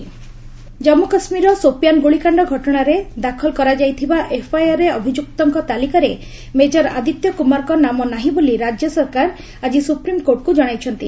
SC army FIR Jammu କାଶ୍ମୀରର ସୋପିଆନ୍ ଗୁଳିକାଣ୍ଡ ଘଟଣାରେ ଦାଖଲ କରାଯାଇଥିବା ଏଫ୍ଆଇଆର୍ରେ ଅଭିଯୁକ୍ତଙ୍କ ତାଲିକାରେ ମେଜର ଆଦିତ୍ୟ କୁମାରଙ୍କର ନାମ ନାହିଁ ବୋଲି ରାଜ୍ୟ ସରକାର ଆଜି ସୁପ୍ରିମ୍କୋର୍ଟଙ୍କୁ ଜଣାଇଛନ୍ତି